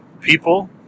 people